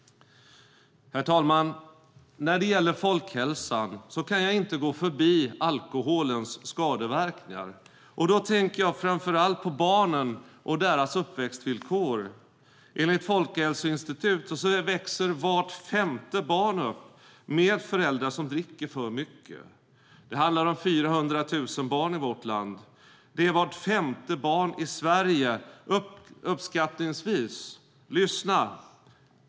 Herr talman! När det gäller folkhälsan kan jag inte gå förbi alkoholens skadeverkningar. Då tänker jag framför allt på barnen och deras uppväxtvillkor. Enligt Folkhälsoinstitutet växer vart femte barn upp med föräldrar som dricker för mycket. Det handlar om 400 000 barn i vårt land. Det är vart femte barn i Sverige, alltså uppskattningsvis - lyssna!